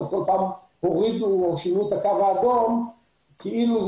כל פעם הורידו או שינו את הקו האדום כאילו זה